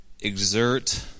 exert